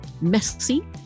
messy